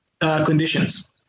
conditions